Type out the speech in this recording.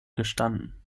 gestanden